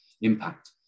impact